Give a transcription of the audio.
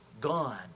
gone